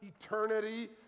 eternity